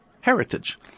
heritage